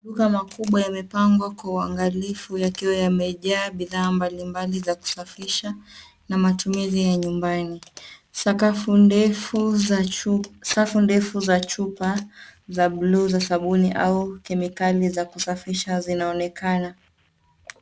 Duka makubwa yamepangwa kwa uangalifu yakiwa yamejaa bidhaa mbalimbali za kusafisha na matumizi ya nyumbani. Safu ndefu za chupa za buluu za sabuni au kemikali za kusafisha zinaonekana.